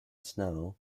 snow